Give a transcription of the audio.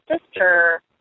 sister